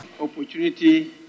Opportunity